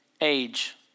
Age